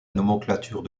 nomenclature